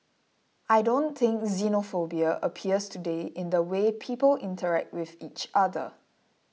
I don't think xenophobia appears today in the way people interact with each other